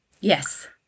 yes